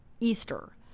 easter